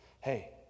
hey